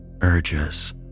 Urges